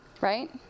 right